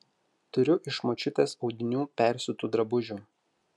turiu iš močiutės audinių persiūtų drabužių